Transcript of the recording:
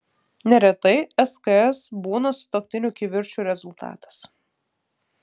neretai sks būna sutuoktinių kivirčų rezultatas